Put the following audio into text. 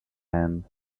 hand